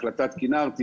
בהחלטת כינרתי,